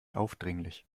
aufdringlich